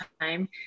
time